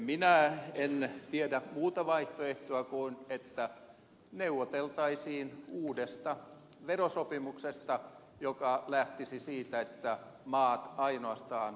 minä en tiedä muuta vaihtoehtoa kuin että neuvoteltaisiin uudesta verosopimuksesta joka lähtisi siitä että maat ainoastaan lähdeverottavat